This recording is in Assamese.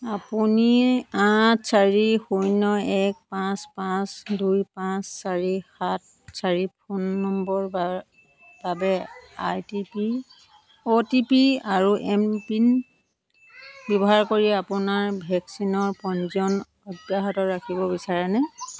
আপুনি আঠ চাৰি শূন্য এক পাঁচ পাঁচ দুই পাঁচ চাৰি সাত চাৰি ফোন নম্বৰৰ বাব বাবে আই টি পি অ'টিপি বা এম পিন ব্যৱহাৰ কৰি আপোনাৰ ভেকচিনৰ পঞ্জীয়ন অব্যাহত ৰাখিব বিচাৰেনে